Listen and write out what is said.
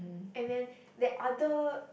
and then the other